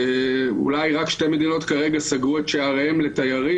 אולי רק שתי מדינות כרגע סגרו את שעריהן לתיירים,